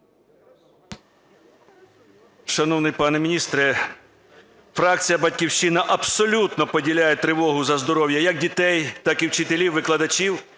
Шановний пане міністре, фракція "Батьківщина" абсолютно поділяє тривогу за здоров'я як дітей, так і вчителів, викладачів.